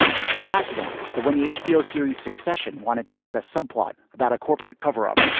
it's no accident that when the hbo series succession wanted to add a subplot about a corporate cover up,